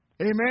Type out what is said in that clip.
Amen